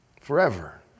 forever